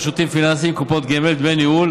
שירותים פיננסיים (קופות גמל) (דמי ניהול),